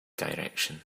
direction